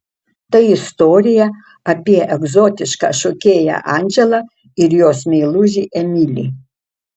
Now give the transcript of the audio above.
tai istorija apie egzotišką šokėją andželą ir jos meilužį emilį